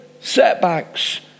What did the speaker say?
setbacks